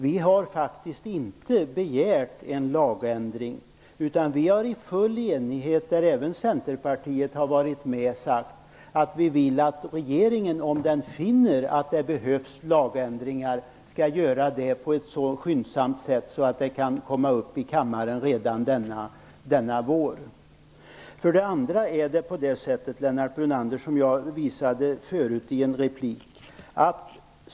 Vi har faktiskt inte begärt en lagändring utan i full enighet, där även Centerpartiet har varit med, sagt att regeringen, om den finner att det behövs lagändringar, skall göra det så skyndsamt att förslaget kan komma upp i kammaren redan denna vår.